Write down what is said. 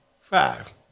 Five